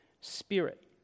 spirit